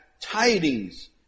tidings